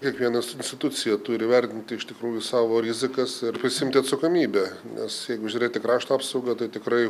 kiekvienas institucija turi vertinti iš tikrųjų savo rizikas ir prisiimti atsakomybę nes jeigu žiūrėti krašto apsaugą tai tikrai